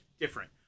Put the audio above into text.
different